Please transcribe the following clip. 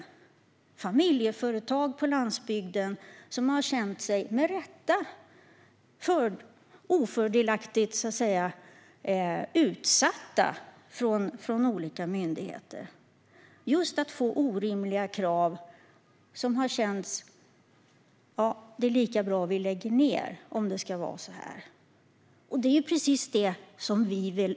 Det kan vara familjeföretag på landsbygden som med rätta har känt sig utsatta av olika myndigheter och tyckt att kraven är så orimliga att det är lika bra att lägga ned. Detta vill egentligen inte någon av oss.